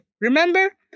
remember